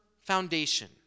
foundation